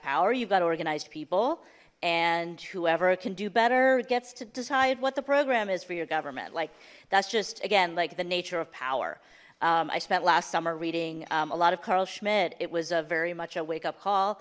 power you've got organized people and whoever can do better it gets to decide what the program is for your government like that's just again like the nature of power i spent last summer reading a lot of carl schmitt it was a very much a wake up call